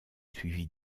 suivis